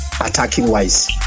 attacking-wise